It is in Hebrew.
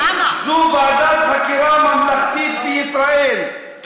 ועדת חקירה ממלכתית בישראל,